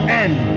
end